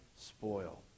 spoil